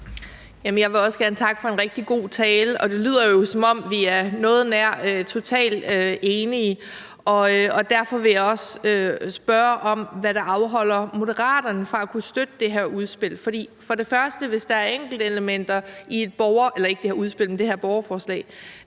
Jeg vil også gerne takke for en rigtig god tale, og det lyder jo, som om vi er noget nær totalt enige. Derfor vil jeg også spørge, hvad der afholder Moderaterne fra at kunne støtte det her borgerforslag. For det første kan man jo stille ændringsforslag,